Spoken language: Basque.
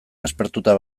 aspertuta